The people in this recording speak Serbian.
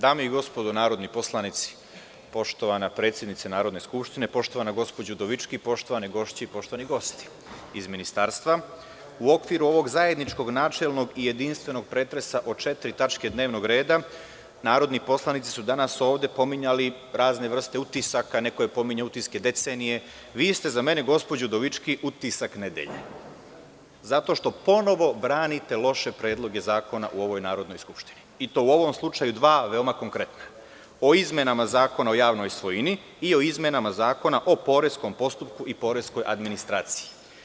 Dame i gospodo narodni poslanici, poštovana predsednice Narodne skupštine, poštovana gospođo Udovički, poštovane gošće i poštovani gosti iz Ministarstva, u okviru ovog zajedničkog načelnog i jedinstvenog pretresa od četiri tačke dnevnog reda, narodni poslanici su danas ovde pominjali razne vrste utisaka, neko je pominjao utiske decenije, vi ste za mene gospođo Udovički „utisak nedelje“ zato što ponovo branite loše predloge zakona u ovoj Narodnoj skupštini, u ovom slučaju dva veoma konkretna – o izmenama Zakona o javnoj svojini i o izmenama Zakona o poreskom postupku i poreskoj administraciji.